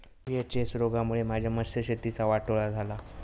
VHS रोगामुळे माझ्या मत्स्यशेतीचा वाटोळा झाला